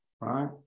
Right